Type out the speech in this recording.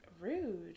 Rude